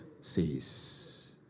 says